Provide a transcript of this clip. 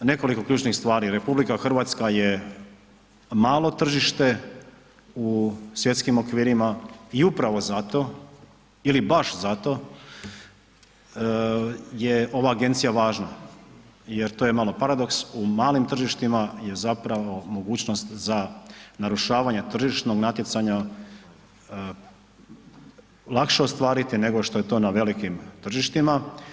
Nekoliko ključnih stvari, RH je malo tržište u svjetskim okvirima i upravo zato ili baš zato je ova agencija važna je to je malo paradoks, u malim tržištima je zapravo mogućnost za narušavanje tržišnog natjecanja lakše ostvariti nego što je to na velikim tržištima.